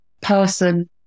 person